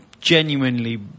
genuinely